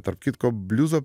tarp kitko bliuzo